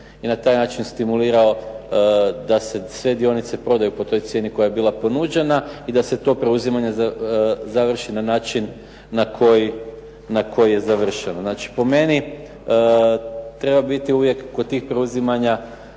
i na taj način stimulirao da se sve dionice prodaju po toj cijeni koja je bila ponuđena i da se to preuzimanje završi na način na koji je završeno. Znači, po meni treba biti uvijek kod tih preuzimanja